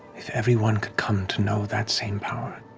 if everyone could come to know that same power.